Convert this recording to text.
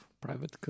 private